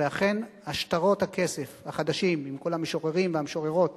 אכן, שטרות הכסף החדשים, עם כל המשוררים והמשוררות